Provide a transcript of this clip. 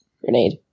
grenade